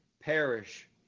perish